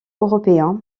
européen